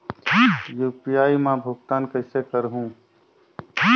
UPI मा भुगतान कइसे करहूं?